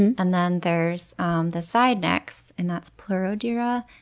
and and then there's um the side-necks, and that's pleurodira.